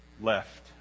left